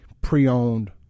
pre-owned